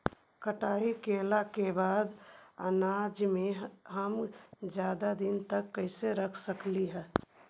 कटाई कैला के बाद अनाज के हम ज्यादा दिन तक कैसे रख सकली हे?